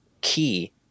key